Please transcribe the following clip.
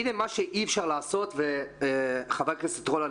הנה מה שאי-אפשר לעשות וחבר הכנסת רול,